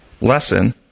lesson